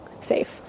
safe